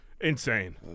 Insane